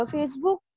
Facebook